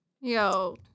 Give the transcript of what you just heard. Yo